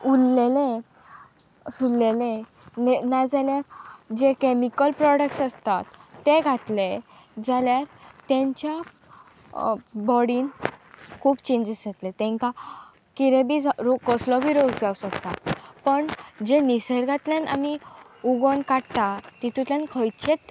उरलेलें उरलेलें नाजाल्यार जे कॅमिकल प्रोडक्ट्स आसतात ते घातले जाल्यार तेंच्या बॉडीन खूब चेंजीस जातले तेंकां कितें बी कसलो बी रोग जावं शकता पण जे निसर्गांतल्यान आमी उगोण काडटा तितूंतल्यान खंयचेच